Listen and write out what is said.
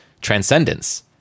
Transcendence